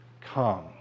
come